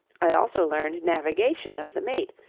i also learned navigation of the mate,